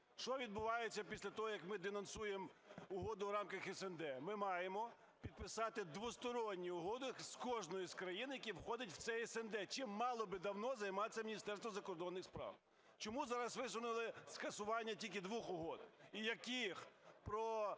що відбувається після того, як ми денонсуємо угоду в рамках СНД? Ми маємо підписати двосторонні угоди з кожною з країн, які входять в це СНД, чим мало би давно займатися Міністерство закордонних справ. Чому зараз висунули скасування тільки двох угод? І яких – про